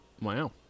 Wow